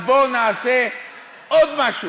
אז בואו נעשה עוד משהו,